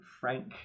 frank